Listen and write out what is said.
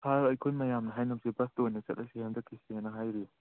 ꯁꯥꯔ ꯑꯩꯈꯣꯏ ꯃꯌꯥꯝꯅ ꯍꯥꯏꯅꯕꯁꯦ ꯕꯁꯇ ꯑꯣꯏꯅ ꯆꯠꯂꯁꯦ ꯍꯟꯗꯛꯀꯤꯁꯦꯅ ꯍꯥꯏꯔꯤ